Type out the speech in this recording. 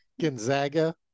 Gonzaga